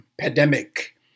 pandemic